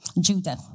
Judah